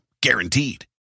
Guaranteed